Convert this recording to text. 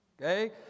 Okay